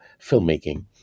filmmaking